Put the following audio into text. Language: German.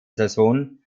saison